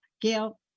Gail